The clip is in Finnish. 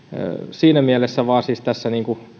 siinä mielessä vain siis tässä